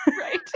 right